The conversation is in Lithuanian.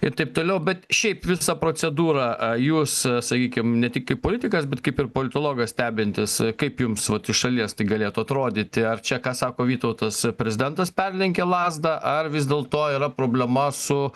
i taip toliau bet šiaip visą procedūrą jūs sakykim ne tik kaip politikas bet kaip ir politologas stebintis kaip jums vat iš šalies tai galėtų atrodyti ar čia ką sako vytautas prezidentas perlenkė lazdą ar vis dėlto yra problema su